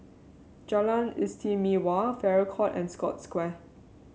Jalan Istimewa Farrer Court and Scotts Square